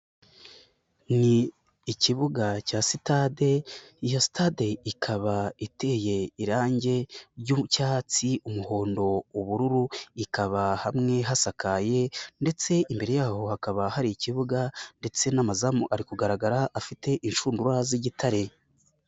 Ni ikibuga cya sitade, iyo sitade ikaba iteye irangi ry'icyatsi, umuhondo, ubururu, ikaba hamwe hasakaye ndetse imbere ya ho hakaba hari ikibuga ndetse n'amazamu ari kugaragara afite inshundura z'igitare.